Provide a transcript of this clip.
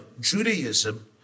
Judaism